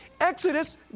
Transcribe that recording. Exodus